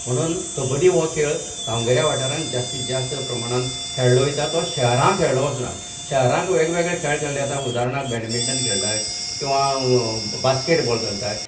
म्हणून कब्बडी हो खेळ गांवगिऱ्यां वाठारांत ज्यास्ती ज्यास्त प्रमाणांन खेळ्ळो वयता तो शहरांत खेळ्ळो वचना शहरांक वेगवेगळें खेळ खेळ्ळे वयता उदाहणाक बॅडमिन्टन खेळटाय किंवां बास्कॅट बॉल खेळटाय